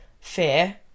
fear